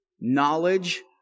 knowledge